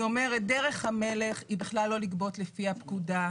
אני אומרת דרך המלך היא בכלל לא לגבות דרך הפקודה,